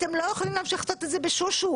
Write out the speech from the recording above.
אתם לא יכולים להמשיך לעשות את זה בשושו.